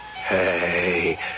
Hey